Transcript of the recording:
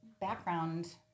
background